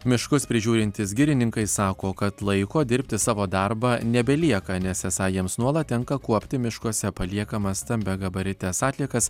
miškus prižiūrintys girininkai sako kad laiko dirbti savo darbą nebelieka nes esą jiems nuolat tenka kuopti miškuose paliekamas stambiagabarites atliekas